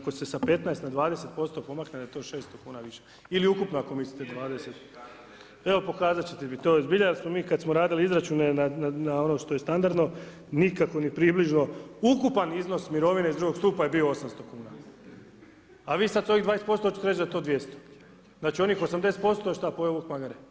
ako se sa 15 na 20% pomakne da je to 600 kuna više ili ukupno ako mislite 20? ... [[Upadica se ne čuje.]] Evo pokazati ćete mi to jer zbilja jer smo mi kada smo radili izračune na ono što je standardno nikako ni približno ukupan iznos mirovine iz drugog stupa je bio 800 kuna a vi sad sa ovih 20% hoćete reći da je to 200, znači onih 80% šta pojeo vuk magare?